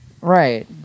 Right